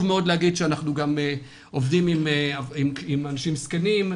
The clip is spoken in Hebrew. מאוד להגיד שאנחנו עוסקים גם עם אנשים זקנים,